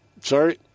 Sorry